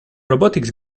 robotics